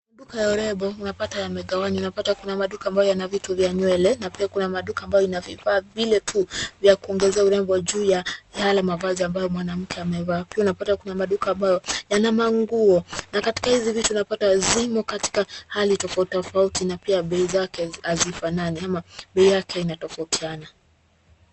Duka ya urembo unapata yamegawanywa unapata kuna maduka ambayo yana vitu vya nywele na pia kuna maduka ambayo ina vifaa vile tu vya kuongeza urembo juu ya yale mavazi ambayo mwanamke amevaa. Pia unapata kuna maduka ambayo yana manguo na katika hizi vitu unapata zimo katika hali tofautitofauti na pia bei zake hazifanani ama bei yake inatofautiana.